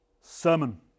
sermon